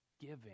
giving